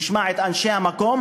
נשמע את אנשי המקום,